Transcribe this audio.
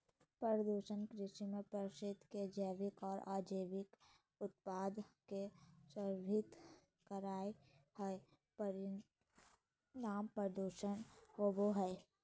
प्रदूषण कृषि पद्धति के जैविक आर अजैविक उत्पाद के संदर्भित करई हई, परिणाम प्रदूषण होवई हई